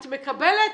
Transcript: את מקבלת?